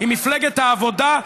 מזוהים עם מפלגת העבודה,